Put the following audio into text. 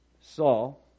Saul